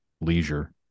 leisure